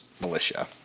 militia